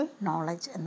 knowledge